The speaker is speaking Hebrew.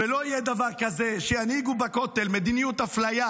ולא יהיה דבר כזה שינהיגו בכותל מדיניות אפליה,